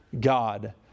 God